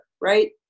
right